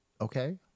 okay